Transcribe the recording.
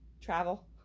travel